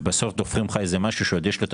ובסוף דופקים לך איזה משהו שעוד יש לו את